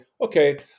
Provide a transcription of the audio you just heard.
Okay